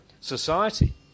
society